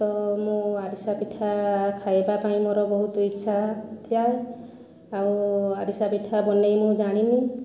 ତ ମୁଁ ଆରିସା ପିଠା ଖାଇବା ପାଇଁ ମୋର ବହୁତ ଇଛା ଥିଲା ଆଉ ଆରିସା ପିଠା ବନେଇ ମୁଁ ଜାଣିନି